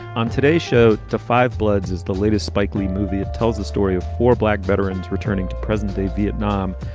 on today's show, the five bloods is the latest spike lee movie. it tells the story of four black veterans returning to present day vietnam,